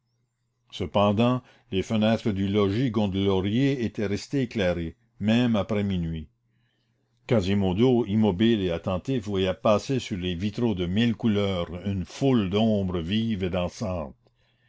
cependant les fenêtres du logis gondelaurier étaient restées éclairées même après minuit quasimodo immobile et attentif voyait passer sur les vitraux de mille couleurs une foule d'ombres vives et